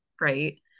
right